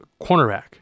cornerback